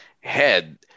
head